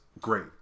great